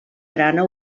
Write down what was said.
barana